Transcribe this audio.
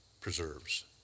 preserves